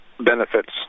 benefits